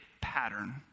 pattern